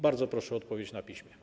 Bardzo proszę o odpowiedź na piśmie.